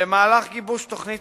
במהלך גיבוש תוכנית